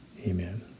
Amen